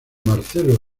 marcelo